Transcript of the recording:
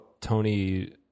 Tony